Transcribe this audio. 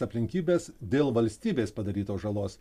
aplinkybes dėl valstybės padarytos žalos